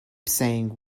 saying